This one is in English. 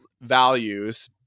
values